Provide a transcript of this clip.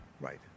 Right